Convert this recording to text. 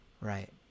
Right